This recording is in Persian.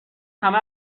همه